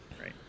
Right